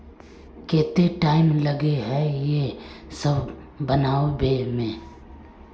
केते टाइम लगे है ये सब बनावे में?